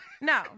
no